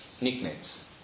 nicknames